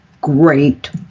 great